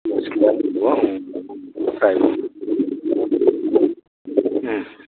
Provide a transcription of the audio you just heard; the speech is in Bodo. मोनसे दङ ओमफ्राय